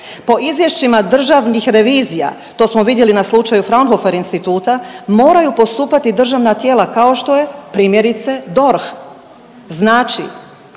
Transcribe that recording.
Po izvješćima državnih revizija, to smo vidjeli na slučaju Fraunhofer Instituta moraju postupati državna tijela kao što je primjerice DORH. Znači